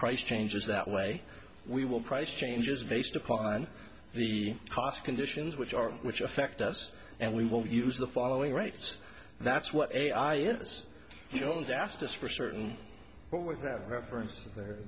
price changes that way we will price changes based upon the cost conditions which are which affect us and we will use the following rates that's what ai is he was asked us for certain